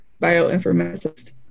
bioinformatics